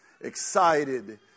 excited